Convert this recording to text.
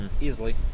easily